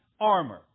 armor